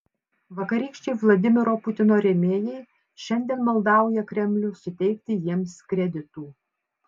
vakarykščiai vladimiro putino rėmėjai šiandien maldauja kremlių suteikti jiems kreditų